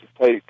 take